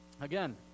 again